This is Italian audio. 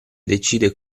decide